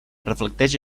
reflecteix